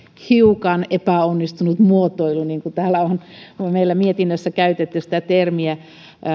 hiukan epäonnistunut muotoilu niin kuin meillä mietinnössä on käytetty sitä termiä